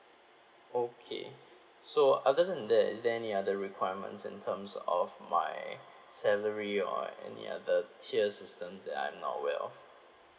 okay so other than that is there any other requirements in terms of my salary or any other tiers system that I'm not aware of